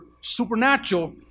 supernatural